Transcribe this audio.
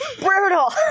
brutal